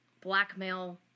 blackmail